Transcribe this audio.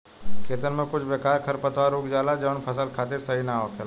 खेतन में कुछ बेकार खरपतवार उग जाला जवन फसल खातिर सही ना होखेला